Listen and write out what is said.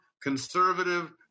conservative